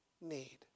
need